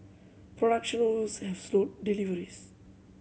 production woes have slowed deliveries